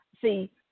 See